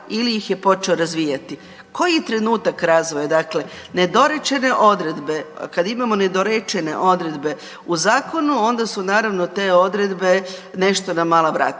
ili ih je počeo razvijati. Koji trenutak razvoja? Dakle, nedorečene odredbe, kad imamo nedorečene odredbe u zakonu, onda su naravno, te odredbe nešto na mala vrata.